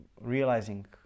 realizing